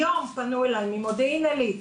היום פנו אליי ממודיעין עילית,